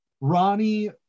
Ronnie